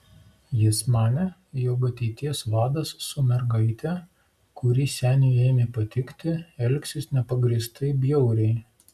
jis manė jog ateities vadas su mergaite kuri seniui ėmė patikti elgsis nepagrįstai bjauriai